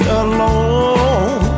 alone